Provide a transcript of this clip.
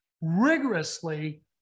rigorously